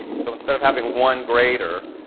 so instead of having one grader,